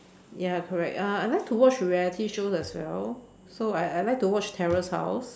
ya correct uh I like to watch reality shows as well so I I like to watch terrace house